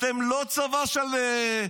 אתם לא צבא של קפלן,